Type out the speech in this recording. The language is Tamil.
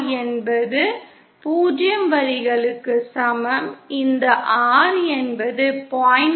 R என்பது 0 வரிகளுக்கு சமம் இந்த R என்பது 0